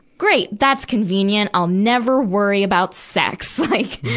great. that's convenient. i'll never worry about sex. like,